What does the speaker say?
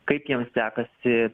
kaip jiems sekasi